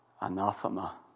anathema